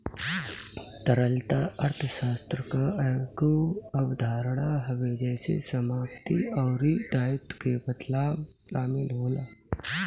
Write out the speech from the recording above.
तरलता अर्थशास्त्र कअ एगो अवधारणा हवे जेसे समाप्ति अउरी दायित्व के बदलाव शामिल होला